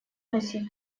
носить